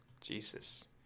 Jesus